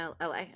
la